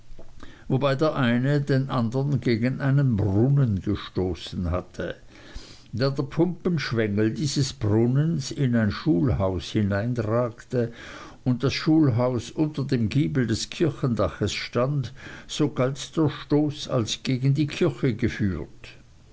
wobei der eine den andern gegen einen brunnen gestoßen hatte da der pumpenschwengel dieses brunnens in ein schulhaus hineinragte und das schulhaus unter dem giebel des kirchendachs stand so galt der stoß als gegen die kirche geführt